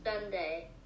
Sunday